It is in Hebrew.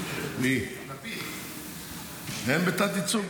הם בתת-ייצוג?